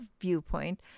viewpoint